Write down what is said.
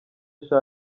sha